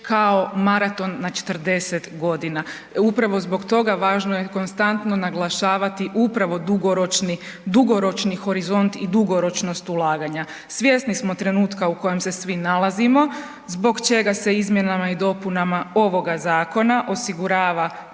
kao maraton na 40.g. Upravo zbog toga važno je konstantno naglašavati upravo dugoročni, dugoročni horizont i dugoročnost ulaganja. Svjesni smo trenutka u kojem se svi nalazimo, zbog čega se izmjenama i dopunama ovoga zakona osigurava